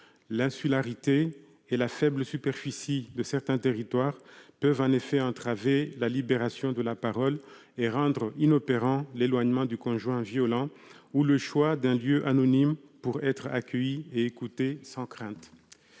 L'insularité et la faible superficie de certains territoires peuvent en effet entraver la libération de la parole, et rendre inopérant l'éloignement du conjoint violent ou le choix d'un lieu anonyme pour être accueillie et écoutée sans crainte.